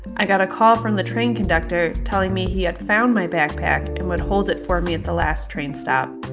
i got a call from the train conductor telling me he had found my backpack and would hold it for me at the last train stop.